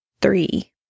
three